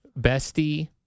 bestie